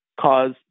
cause